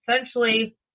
essentially